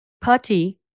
Putty